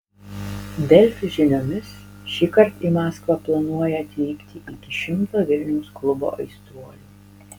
delfi žiniomis šįkart į maskvą planuoja atvykti iki šimto vilniaus klubo aistruolių